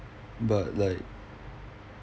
but like